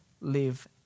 live